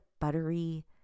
buttery